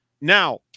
Now